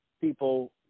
people